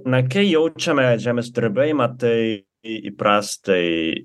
na kai jaučiame žemės drebėjimą tai įprastai